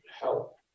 help